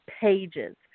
pages